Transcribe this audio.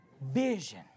Vision